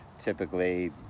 typically